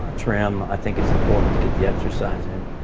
ah trim, i think it's important to get the exercise in.